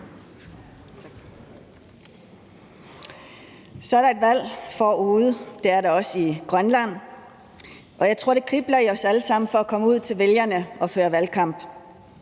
Så er der et valg forude. Det er der også i Grønland, og jeg tror, det kribler i os alle sammen for at komme ud til vælgerne og føre valgkamp.